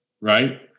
right